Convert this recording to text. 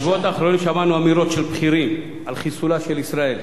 בשבועות האחרונים שמענו אמירות של בכירים על חיסולה של ישראל,